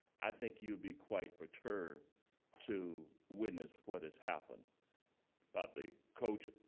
i think you'd be quite perturbed to witness what has happened about the coach.